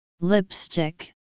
lipstick